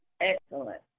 Excellent